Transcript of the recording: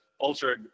ultra